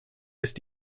ist